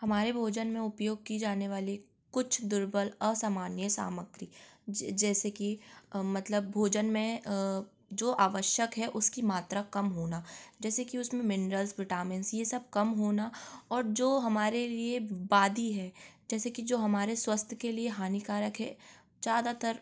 हमारे भोजन में उपयोग की जाने वाली कुछ दुर्बल असामान्य सामग्री जैसे कि अ मतलब भोजन में अ जो आवश्यक है उसकी मात्रा कम होना जैसे कि उसमें मिनरल्स विटामिन्स ये सब कम होना और जो हमारे लिए बादी है जैसे कि जो हमारे स्वास्थ्य के लिए हानिकारक है ज्यादातर